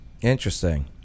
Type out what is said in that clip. Interesting